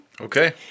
Okay